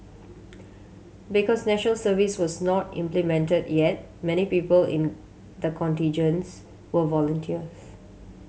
because National Service was not implemented yet many people in the contingents were volunteers